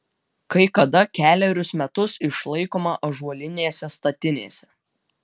kai kada kelerius metus išlaikoma ąžuolinėse statinėse